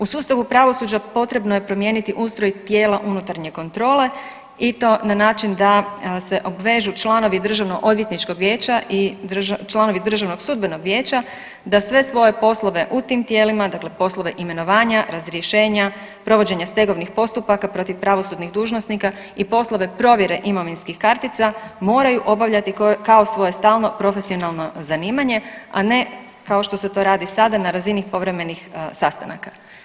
U sustavu pravosuđa potrebno je promijeniti ustroj tijela unutarnje kontrole i to na način da se obvežu članovi DOV-a i članovi DSV-a da sve svoje poslove u tim tijelima, dakle poslove imenovanja, razrješenja, provođenja stegovnih postupaka protiv pravosudnih dužnosnika i poslove provjere imovinskih kartica moraju obavljati kao svoje stalno profesionalno zanimanje, a ne kao što se to radi sada na razini povremenih sastanaka.